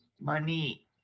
money